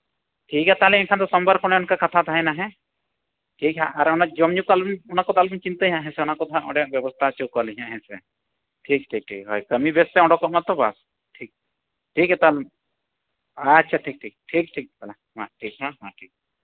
ᱴᱷᱤ ᱠᱜᱮᱭᱟ ᱛᱟᱦᱚᱞᱮ ᱮᱱᱠᱷᱟᱱ ᱫᱚ ᱥᱚᱢᱵᱟᱨ ᱠᱷᱚᱱ ᱚᱱᱮ ᱚᱱᱠᱟ ᱠᱟᱛᱷᱟ ᱛᱟᱦᱮᱸᱭᱮᱱᱟ ᱦᱮᱸ ᱴᱷᱤᱠ ᱜᱮᱭᱟ ᱦᱟᱸᱜ ᱟᱨ ᱚᱱᱟ ᱡᱚᱢ ᱧᱩ ᱠᱚ ᱟᱞᱚᱵᱮᱱ ᱚᱱᱟ ᱠᱚᱫᱚ ᱟᱞᱚᱵᱮᱱ ᱴᱤᱱᱛᱟᱹᱭᱟ ᱦᱟᱸᱜ ᱦᱮᱸᱥᱮ ᱚᱱᱟ ᱠᱚᱫᱚ ᱦᱟᱸᱜ ᱚᱸᱰᱮ ᱵᱮᱵᱚᱥᱛᱷᱟ ᱦᱚᱪᱚ ᱠᱚᱣᱟᱞᱤᱧ ᱦᱮᱸᱥᱮ ᱴᱷᱤᱠᱼᱴᱷᱤᱠ ᱦᱳᱭ ᱠᱟᱹᱢᱤ ᱵᱮᱥ ᱛᱮ ᱚᱰᱚᱠᱚᱜ ᱢᱟᱛᱚ ᱵᱟᱥ ᱴᱷᱤᱠ ᱴᱷᱤᱠ ᱜᱮᱭᱟ ᱛᱟᱦᱞᱮ ᱢᱟ ᱟᱪᱪᱷᱟ ᱴᱷᱤᱠ ᱴᱷᱤᱠ ᱴᱷᱤᱠ ᱴᱷᱤᱠ ᱴᱷᱤᱠ ᱴᱷᱤᱠ ᱦᱮᱸ ᱴᱷᱤᱠ ᱢᱟ ᱦᱮᱸ ᱴᱷᱤᱠ